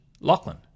Lachlan